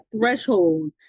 threshold